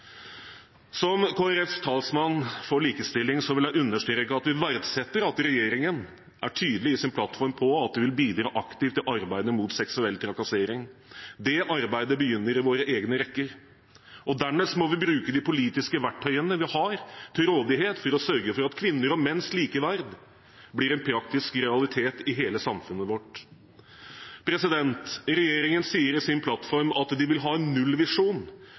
Kristelig Folkepartis talsmann for likestilling vil jeg understreke at vi verdsetter at regjeringen er tydelig i sin plattform på at de vil bidra aktivt til arbeidet mot seksuell trakassering. Det arbeidet begynner i våre egne rekker. Dernest må vi bruke de politiske verktøyene vi har til rådighet for å sørge for at kvinner og menns likeverd blir en praktisk realitet i hele samfunnet vårt. Regjeringen sier i sin plattform at de vil ha en